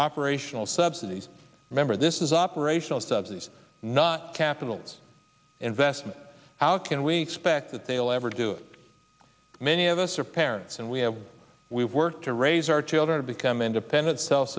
operational subsidies remember this is operational subsidies not capitals investment how can we expect that they will ever do many of us are parents and we have we work to raise our children to become independent self